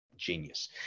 Genius